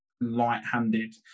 light-handed